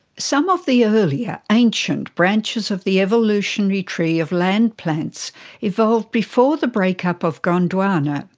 some of the earlier, ancient branches of the evolutionary tree of land-plants evolved before the break-up of gondwana.